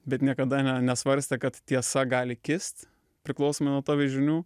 bet niekada ne nesvarstė kad tiesa gali kist priklausomai nuo tv žinių